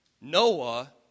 Noah